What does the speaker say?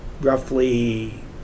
roughly